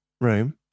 room